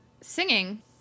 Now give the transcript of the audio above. Singing